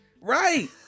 Right